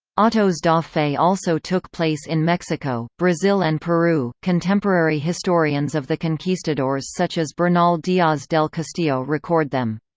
autos-da-fe also took place in mexico, brazil and peru contemporary historians of the conquistadors such as bernal diaz del castillo record them.